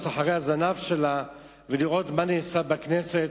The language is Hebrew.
אחרי הזנב שלה ולראות מה נעשה בכנסת,